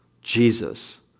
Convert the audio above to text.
Jesus